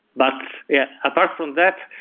but yeah apart from that,